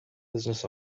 business